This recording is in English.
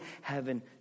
heaven